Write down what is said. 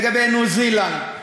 לגבי ניו-זילנד,